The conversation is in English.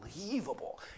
unbelievable